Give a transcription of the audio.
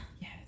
Yes